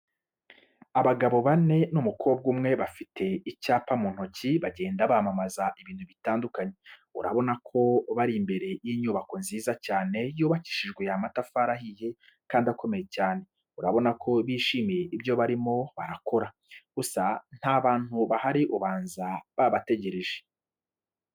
Abagabo bane n'umukobwa umwe bafite icyapa mu ntoki bagenda bamamaza ibintu bitandukanye, urabona ko bari imbere y'inyubako nziza cyane yubakishijwe amatafari ahiye kandi akomeye cyane, urabona ko bishimiye ibyo barimo barakora, gusa nta bantu bahari ubanza babategereje.